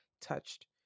touched